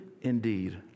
indeed